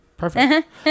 Perfect